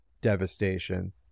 devastation